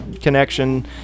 connection